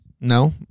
No